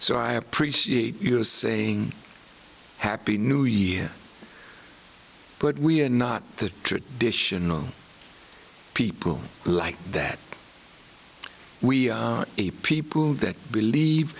so i appreciate your saying happy new year but we are not the traditional people like that we are a people that believe